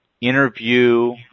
interview